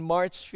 March